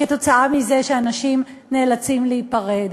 כתוצאה מזה שאנשים נאלצים להיפרד.